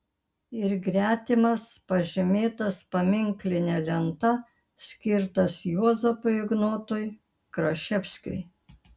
ir gretimas pažymėtas paminkline lenta skirta juozapui ignotui kraševskiui